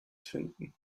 finden